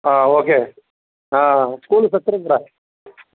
okay స్కూల్కి సక్రమంగా రా